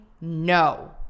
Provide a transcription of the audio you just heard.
no